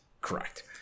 correct